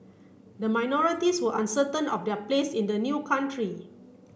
the minorities were uncertain of their place in the new country